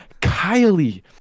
kylie